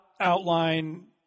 outline